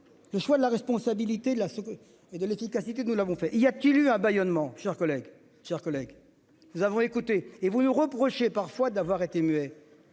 Le choix de la responsabilité de la. Et de l'efficacité. Nous l'avons fait il y a-t-il eu un bâillonnement chers collègues chers collègues nous avons écouté et vous nous reprochez parfois d'avoir été muet,